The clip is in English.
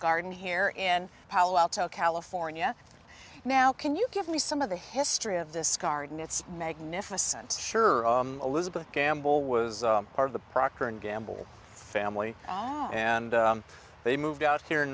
garden here in palo alto california now can you give me some of the history of this garden it's magnificent sure elizabeth campbell was part of the procter and gamble family and they moved out here in